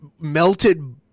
melted